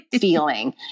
feeling